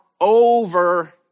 over